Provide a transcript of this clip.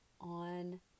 on